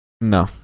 No